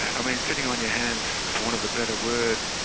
i mean sitting on your hands for want of a better word,